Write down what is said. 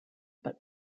but